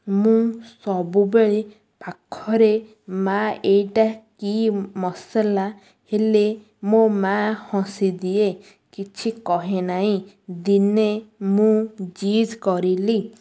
ମୁଁ ସବୁବେଳେ ପାଖରେ ମା' ଏଇଟା କି ମସଲା ହେଲେ ମୋ ମା' ହସି ଦିଏ କିଛି କହେ ନାହିଁ ଦିନେ ମୁଁ ଜିଦ କରିଲି